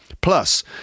Plus